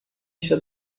está